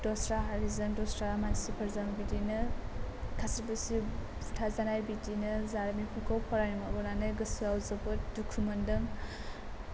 दस्रा हारिजों दस्रा मानसिफोरजों बिदिनो खास्रि बिस्रि बुथारजानाय बिदिनो जारिमिनफोरखौ फरायनो मोनबोनानै गोसोआव जोबोद दुखु मोनदों